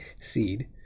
seed